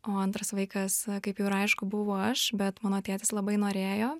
o antras vaikas kaip jau ir aišku buvo aš bet mano tėtis labai norėjo